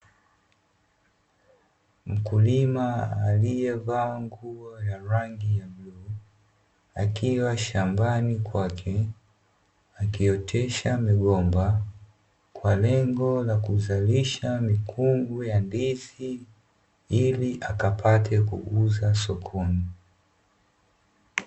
Mkulima aliyevaa nguo ya rangi ya bluu akiwa shambani kwake, akiotesha migomba kwa lengo la kuzalisha mikungu ya ndizi ili akapate kuuza sokoni.